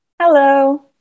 Hello